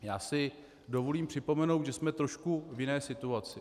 Já si dovolím připomenout, že jsme trošku v jiné situaci.